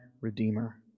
Redeemer